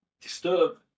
disturb